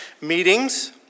meetings